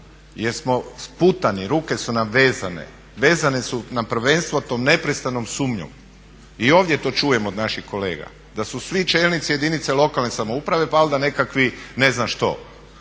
jer smo sputani, ruke su nam vezane. Vezane su nam prvenstveno tom neprestanom sumnjom. I ovdje to čujem od naših kolega, da su svi čelnici jedinica lokalne samouprave valjda nekakvi ne znam što.